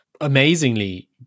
Amazingly